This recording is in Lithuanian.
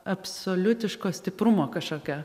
absoliutiško stiprumo kažkokio